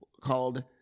called